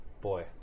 Boy